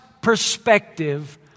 perspective